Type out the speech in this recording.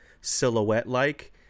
silhouette-like